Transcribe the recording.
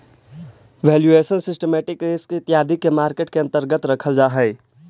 valuation, systematic risk इत्यादि के market के अंतर्गत रखल जा हई